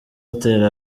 atera